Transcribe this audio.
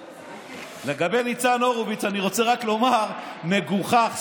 לגבי ניצן הורוביץ, אני רוצה רק לומר: מגוחך.